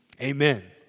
Amen